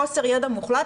חוסר ידע מוחלט,